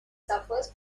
suffers